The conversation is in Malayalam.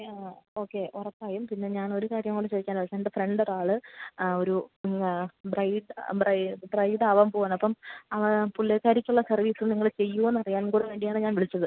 യാ ഓക്കെ ഉറപ്പായും പിന്നെ ഞാനൊരു കാര്യം കൂടി ചോദിക്കാനാണു വിളിച്ചത് എൻ്റെ ഫ്രണ്ടൊരാള് ആ ഒരു ഇന്ന് ബ്രൈഡ് ബ്രൈഡാവാന് പോവുകയാണപ്പോള് അത് പുള്ളിക്കാരിക്കുള്ള സർവീസ് നിങ്ങള് ചെയ്യുമോ എന്നറിയാൻ കൂടെ വേണ്ടിയാണ് ഞാൻ വിളിച്ചത്